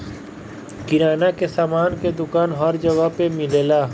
किराना के सामान के दुकान हर जगह पे मिलेला